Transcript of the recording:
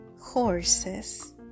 horses